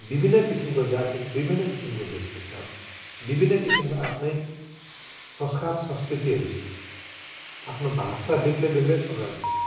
विभिन्न किसिमको जातिको विभिन्न किसिमको वेशभूषाहरू छ विभिन्न किसिमको आफ्नै संस्कार संस्कृतिहरू छ आफ्नो भाषा बेग्ला बेग्लै प्रकारको छ